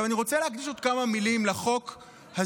עכשיו אני רוצה להגיד עוד כמה מילים על החוק הזה,